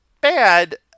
bad